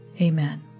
Amen